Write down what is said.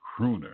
crooner